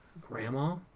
Grandma